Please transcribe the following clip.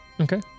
Okay